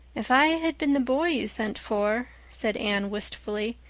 if i had been the boy you sent for, said anne wistfully,